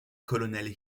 colonel